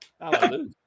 Hallelujah